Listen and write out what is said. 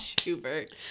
Schubert